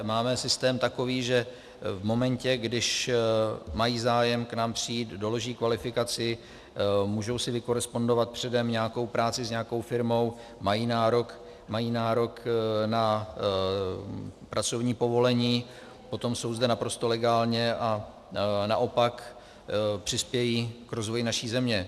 Máme systém takový, že v momentě, když mají zájem k nám přijít, doloží kvalifikaci, můžou si vykorespondovat předem nějakou práci s nějakou firmou, mají nárok na pracovní povolení, potom jsou zde naprosto legálně a naopak přispějí k rozvoji naší země.